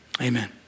Amen